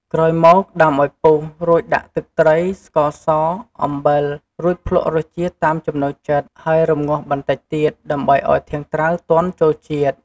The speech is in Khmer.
ក្រោយមក ដាំឱ្យពុះ រួចដាក់ទឹកត្រី ស្ករស អំបិល រួចភ្លក្សរសជាតិតាមចំណូលចិត្ត ហើយរម្ងាស់បន្តិចទៀត ដើម្បីឱ្យធាងត្រាវទន់ចូលជាតិ។